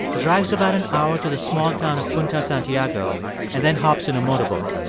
drives about an hour to the small town of punta santiago and then hops in a motorboat.